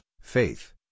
faith